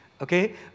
okay